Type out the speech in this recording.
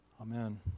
Amen